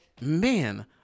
man